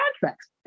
contracts